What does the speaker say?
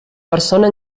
persona